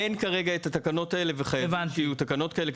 אין כרגע את התקנות האלה, וחייב שיהיה אותן.